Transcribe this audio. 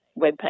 webpage